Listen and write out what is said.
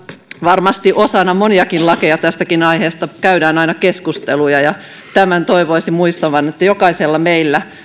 varmasti osana moniakin lakeja tästäkin aiheesta käydään aina keskusteluja tämän toivoisin kaikkien muistavan että jokaisella meistä